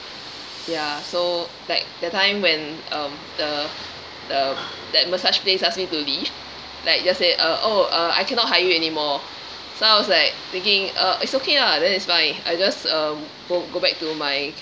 ya so like that time when um the the that massage place ask me to leave like just say uh oh uh I cannot hire you anymore so I was like thinking uh it's okay lah that is fine I just uh go go back to my